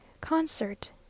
Concert